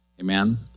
Amen